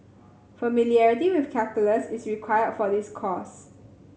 familiarity with calculus is required for this course